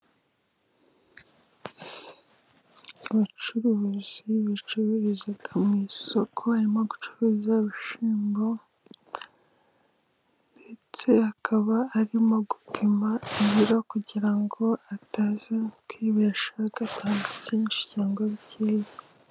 Abacuruzi bacururiza mu isoko, barimo gucuruza ibishyimbo ndetse akaba arimo gupima ibiro, kugira ngo ataza kwibeshya agatanga byinshi cyangwa bikeya.